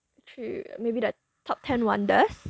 去 maybe the top ten wonders